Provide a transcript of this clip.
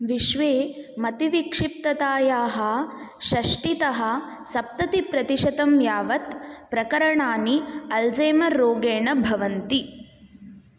विश्वे मतिविक्षिप्ततायाः षष्टितः सप्ततिप्रतिशतं यावत् प्रकरणानि अल्ज़ैमर् रोगेण भवन्ति